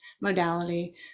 modality